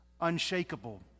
unshakable